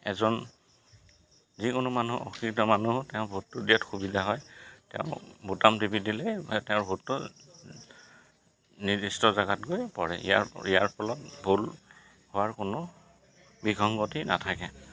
এজন যিকোনো মানুহ অলিখিত মানুহেও তেওঁ ভোটটো দিয়াত সুবিধা হয় তেওঁ বুটাম টিপি দিলেই তেওঁৰ ভোটটো নিৰ্দিষ্ট জেগাত গৈ পৰে ইয়াৰ ইয়াৰ ফলত ভুল হোৱাৰ কোনো বিসংগতি নাথাকে